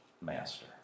master